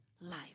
life